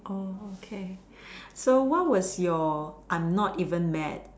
okay so what was your I'm not even mad